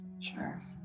Sure